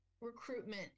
recruitment